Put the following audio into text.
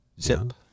zip